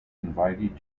invited